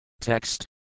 Text